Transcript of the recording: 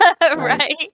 Right